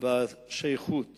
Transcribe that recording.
בשייכות